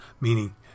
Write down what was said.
meaning